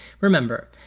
Remember